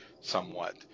somewhat